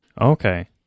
Okay